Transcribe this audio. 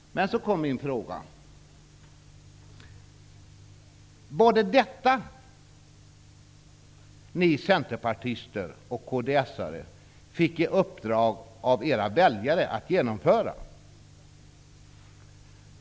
Men var det detta som ni centerpartister och kds:are fick i uppdrag av era väljare att genomföra?